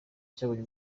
cyabonye